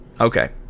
Okay